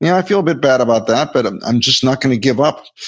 yeah i feel a bit bad about that, but i'm i'm just not going to give up.